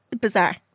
Bizarre